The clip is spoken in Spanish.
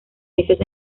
peces